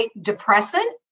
depressant